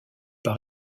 par